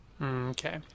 Okay